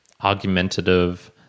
argumentative